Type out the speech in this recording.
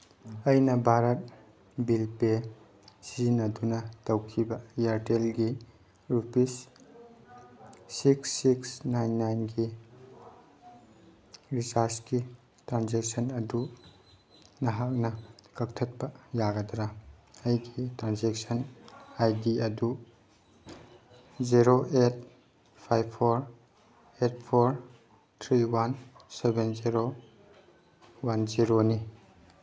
ꯑꯩꯅ Bharat bill pay ꯁꯤꯖꯤꯟꯅꯗꯨꯅ ꯇꯧꯈꯤꯕ ꯏꯌꯔꯇꯦꯜꯒꯤ ꯔꯨꯄꯤꯁ ꯁꯤꯛꯁ ꯁꯤꯛꯁ ꯅꯥꯏꯟ ꯅꯥꯏꯟꯒꯤ ꯔꯤꯆꯥꯔꯖꯀꯤ ꯇ꯭ꯔꯥꯟꯖꯦꯁꯛꯁꯟ ꯑꯗꯨ ꯅꯍꯥꯛꯅ ꯀꯛꯊꯠꯄ ꯌꯥꯒꯗ꯭ꯔꯥ ꯑꯩꯒꯤ ꯇ꯭ꯔꯥꯟꯖꯦꯛꯁꯟ ꯑꯥꯏ ꯗꯤ ꯑꯗꯨ zero eight five four eight four three one seven zero one ꯖꯦꯔꯣꯅꯤ